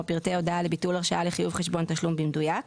פרטי הודעה לביטול הרשאה לחיוב חשבון תשלום במדויק.